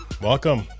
welcome